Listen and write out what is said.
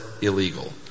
illegal